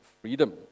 Freedom